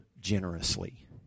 generously